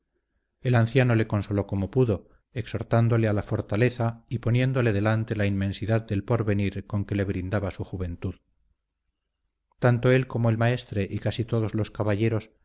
el anciano le consoló como pudo exhortándole a la fortaleza y poniéndole delante la inmensidad del porvenir con que le brindaba su juventud tanto él como el maestre y casi todos los caballeros